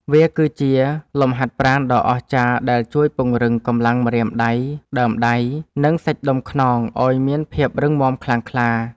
វាគឺជាលំហាត់ប្រាណដ៏អស្ចារ្យដែលជួយពង្រឹងកម្លាំងម្រាមដៃ ដើមដៃ និងសាច់ដុំខ្នងឱ្យមានភាពរឹងមាំខ្លាំងក្លា។